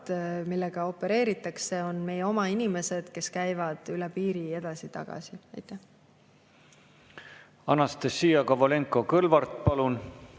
millega opereeritakse – need on meie oma inimesed, kes käivad üle piiri edasi-tagasi. Anastassia Kovalenko‑Kõlvart, palun!